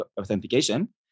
authentication